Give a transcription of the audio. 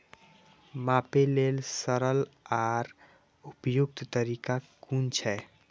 मापे लेल सरल आर उपयुक्त तरीका कुन छै?